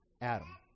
adam